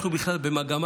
בכלל, אנחנו במגמה